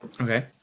okay